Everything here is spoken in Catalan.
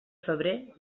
febrer